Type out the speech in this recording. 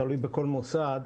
תלוי בכל מוסד,